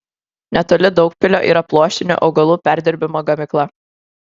netoli daugpilio yra pluoštinių augalų perdirbimo gamykla